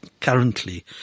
currently